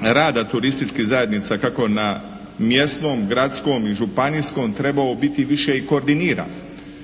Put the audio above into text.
rada turističkih zajednica kako na mjesnom, gradskom i županijskom treba u biti i više i koordinira